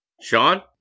Sean